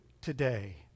today